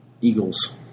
Eagles